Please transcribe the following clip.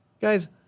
guys